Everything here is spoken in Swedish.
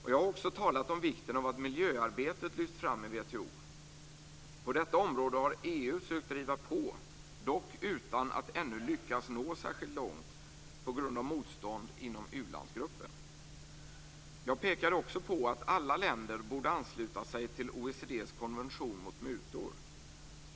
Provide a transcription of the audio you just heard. Jag har också talat om vikten av att miljöarbetet lyfts fram i WTO. På detta område har EU sökt driva på, dock utan att ännu lyckas nå särskilt långt på grund av motstånd inom u-landsgruppen. Jag pekade också på att alla länder borde ansluta sig till OECD:s konvention mot mutor.